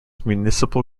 municipal